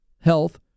health